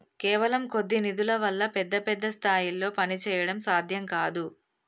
కేవలం కొద్ది నిధుల వల్ల పెద్ద పెద్ద స్థాయిల్లో పనిచేయడం సాధ్యం కాదు